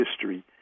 history